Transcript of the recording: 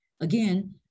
Again